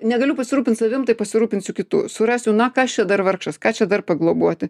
negaliu pasirūpint savim tai pasirūpinsiu kitu surasiu na kas čia dar vargšas ką čia dar pagloboti